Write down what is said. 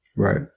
Right